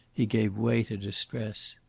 he gave way to distress.